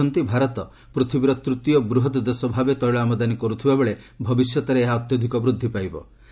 ସେ କହିଛନ୍ତି ଭାରତ ପୂଥିବୀର ତୃତୀୟ ବୃହତ୍ ଦେଶ ଭାବେ ତେିଳ ଆମଦାନୀ କରୁଥିବାବେଳେ ଭବିଷ୍ୟତ୍ରେ ଏହା ଅତ୍ୟଧିକ ବୂଦ୍ଧି ପାଇବ